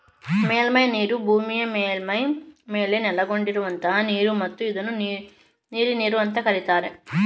ಮೇಲ್ಮೈನೀರು ಭೂಮಿಯ ಮೇಲ್ಮೈ ಮೇಲೆ ನೆಲೆಗೊಂಡಿರುವಂತಹ ನೀರು ಮತ್ತು ಇದನ್ನು ನೀಲಿನೀರು ಅಂತ ಕರೀತಾರೆ